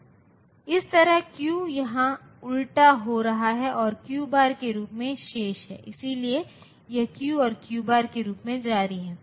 इसी तरह Q यहाँ उलटा हो रहा है और Qbar के रूप में शेष है इसलिए यह Q और Qbar के रूप में जारी है